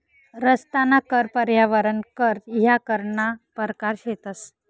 रस्ताना कर, पर्यावरण कर ह्या करना परकार शेतंस